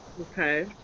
Okay